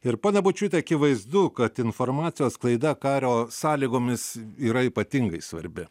ir ponia bočiūte akivaizdu kad informacijos sklaida kario sąlygomis yra ypatingai svarbi